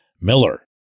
Miller